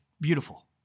beautiful